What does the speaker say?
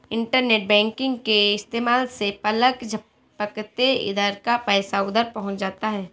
internet banking के इस्तेमाल से पलक झपकते इधर का पैसा उधर पहुँच जाता है